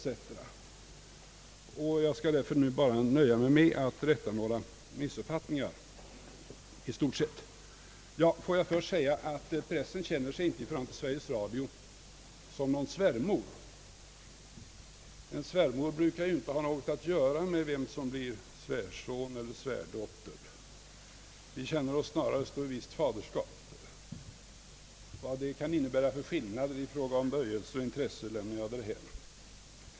Därför skall jag nu i stort sett nöja mig med att rätta några missuppfattningar. Först vill jag säga, att pressen inte känner sig som någon svärmor i förhållande till Sveriges Radio. En svärmor brukar ju inte ha något att göra med vem som blir svärson eller svärdotter. Vi känner oss snarare stå i visst faderskap — vilka skillnader det nu kan innebära i fråga om böjelser och intresse lämnar jag därhän!